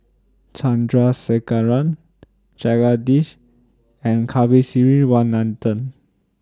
Chandrasekaran Jagadish and Kasiviswanathan